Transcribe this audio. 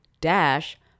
dash